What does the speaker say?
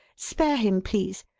spare him, please.